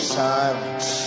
silence